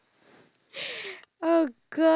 like in singapore